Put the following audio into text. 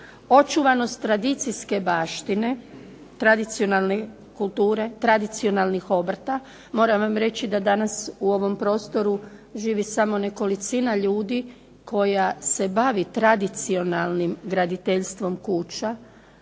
očuvanost tradicijske baštine, tradicionalne kulture, tradicionalnih obrta. Moram vam reći da danas u ovom prostoru živi samo nekolicina ljudi koja se bavi tradicionalnim graditeljstvom kuća.